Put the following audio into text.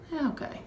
Okay